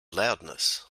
loudness